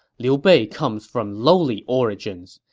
liu bei comes from lowly origins.